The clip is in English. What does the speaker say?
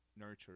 nurture